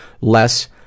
less